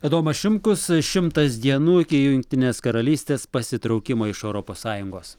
adomas šimkus šimtas dienų iki jungtinės karalystės pasitraukimo iš europos sąjungos